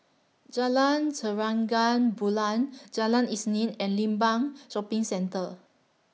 Jalan Bulan Jalan Isnin and Limbang Shopping Centre